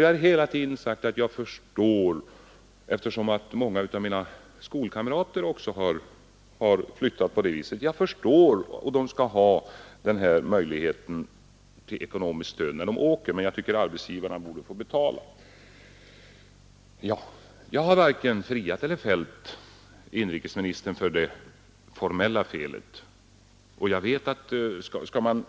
Jag har hela tiden sagt att jag förstår att människor skall ha möjlighet till ekonomiskt stöd när de måste flytta — jag gör det bl.a. därför att många av mina skolkamrater har flyttat — men jag tycker att arbetsgivarna borde få betala. Jag har varken friat eller fällt inrikesministern för det formella felet, och jag har fullt klart för mig